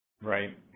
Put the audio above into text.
Right